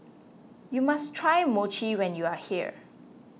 you must try Mochi when you are here